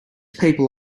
people